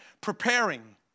preparing